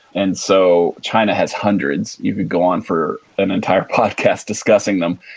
and so, china has hundreds. you can go on for an entire podcast discussing them.